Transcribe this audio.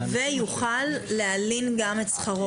ויוכל להלין גם את שכרו.